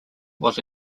was